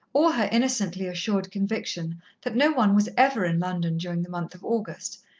or her innocently-assured conviction that no one was ever in london during the month of august,